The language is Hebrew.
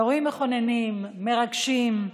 אירועים מכוננים, מרגשים,